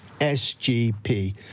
SGP